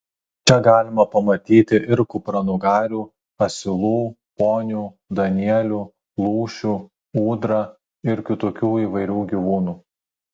čia galima pamatyti ir kupranugarių asilų ponių danielių lūšių ūdrą ir kitokių įvairių gyvūnų